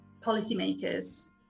policymakers